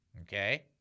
Okay